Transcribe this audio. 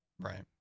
Right